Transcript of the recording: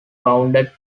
rounded